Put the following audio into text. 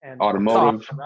automotive